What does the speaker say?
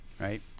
right